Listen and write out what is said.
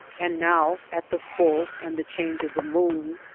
and now at the full and the change of the moon,